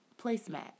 placemat